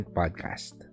podcast